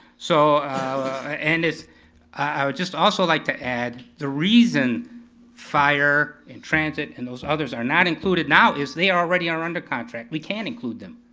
so and i would just also like to add, the reason fire, and transit, and those others are not included now is they already are under contract, we can't include them.